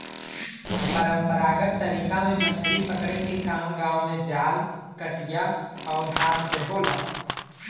परंपरागत तरीका में मछरी पकड़े के काम गांव में जाल, कटिया आउर हाथ से होला